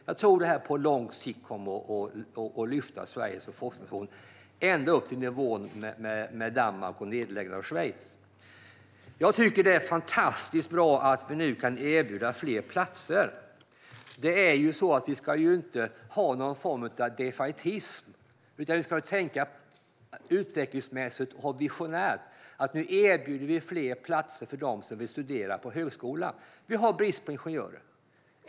Jag tror att det på lång sikt kommer att lyfta Sverige som forskningsnation ända upp till nivån med Danmark, Nederländerna och Schweiz. Det är fantastiskt bra att vi nu kan erbjuda fler platser. Vi ska inte ha någon form av defaitism. Vi ska tänka utvecklingsmässigt och visionärt. Nu erbjuder vi fler platser för dem som vill studera på högskolan. Vi har brist på ingenjörer.